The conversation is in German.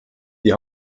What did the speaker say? die